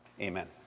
Amen